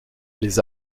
les